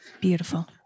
Beautiful